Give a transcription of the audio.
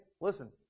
listen